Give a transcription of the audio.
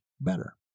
better